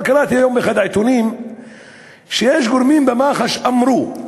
אבל קראתי היום באחד העיתונים שיש גורמים במח"ש שאמרו: